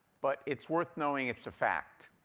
but it's worth knowing it's a fact.